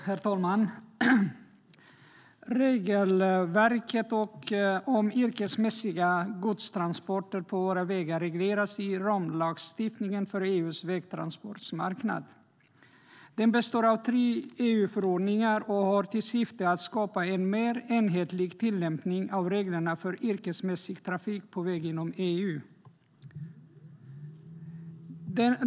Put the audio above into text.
Herr talman! Regelverket om yrkesmässiga godstransporter på våra vägar regleras i ramlagstiftningen för EU:s vägtransportmarknad. Det består av tre EU-förordningar och har till syfte att skapa en mer enhetlig tillämpning av reglerna för yrkesmässig trafik på väg inom EU.